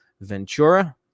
Ventura